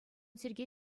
сергей